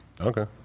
Okay